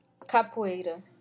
Capoeira